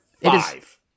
Five